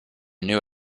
new